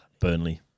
Burnley